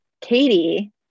katie